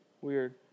Weird